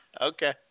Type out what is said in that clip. Okay